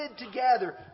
together